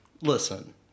listen